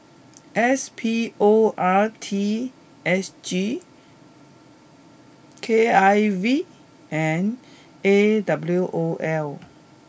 S P O R T S G K I V and A W O L